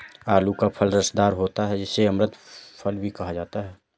आलू का फल रसदार होता है जिसे अमृत फल भी कहा जाता है